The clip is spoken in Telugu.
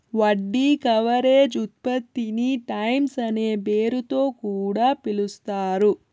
వడ్డీ కవరేజ్ ఉత్పత్తిని టైమ్స్ అనే పేరుతొ కూడా పిలుస్తారు